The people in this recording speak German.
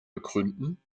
begründen